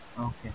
Okay